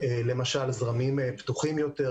למשל זרמים פתוחים יותר,